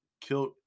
killed